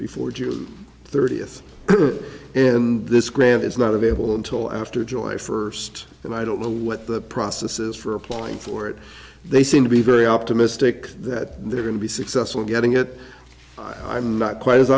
before june thirtieth and this grant is not available until after joy for sed and i don't know what the process is for applying for it they seem to be very optimistic that they're going to be successful in getting it i'm not quite as